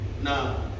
Now